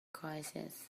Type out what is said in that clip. crisis